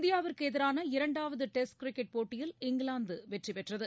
இந்தியாவுக்குஎதிரான இரண்டாவதுடெஸ்ட் கிரிக்கெட் போட்டியில் இங்கிலாந்துவெற்றிபெற்றது